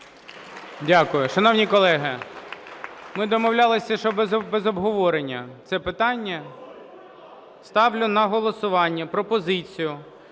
Дякую. Шановні колеги, ми домовлялися, що без обговорення це питання. Ставлю на голосування пропозицію